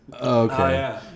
Okay